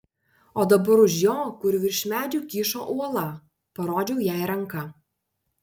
o dabar už jo kur virš medžių kyšo uola parodžiau jai ranka